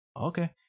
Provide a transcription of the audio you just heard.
Okay